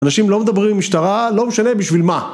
אנשים לא מדברים עם משטרה, לא משנה בשביל מה.